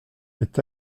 est